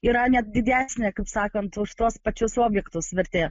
yra net didesnė kaip sakant už tuos pačius objektus vertė